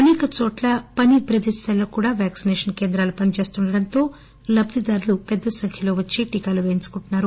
అసేకచోట్ల పని ప్రదేశాల్లో కూడా వ్యాక్పినేషన్ కేంద్రాలు పని చేస్తుండటంతో లబ్దిదారులు పెద్దసంఖ్యలో వచ్చి టీకాలు వేయించుకుంటున్నారు